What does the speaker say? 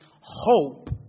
hope